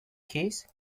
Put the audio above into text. keys